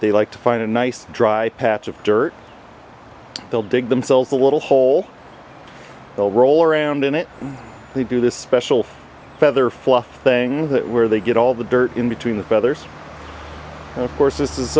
they like to find a nice dry patch of dirt they'll dig themselves a little hole they'll roll around in it they do this special feather fluff thing where they get all the dirt in between the feathers and of course this is